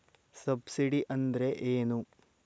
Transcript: Subsidy ಅಂದ್ರೆ ಏನು?